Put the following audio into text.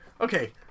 Okay